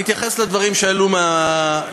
אני אתייחס לדברים שעלו עכשיו.